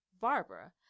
Barbara